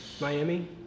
Miami